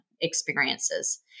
experiences